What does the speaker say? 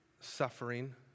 suffering